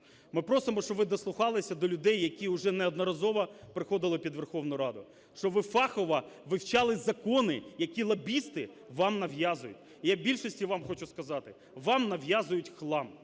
Ми просимо, щоб ви дослухалися до людей, які уже неодноразово приходили під Верховну Раду, щоб ви фахово вивчали закони, які лобісти вам нав'язують. І я більшості, вам хочу сказати: вам нав'язують хлам,